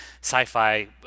sci-fi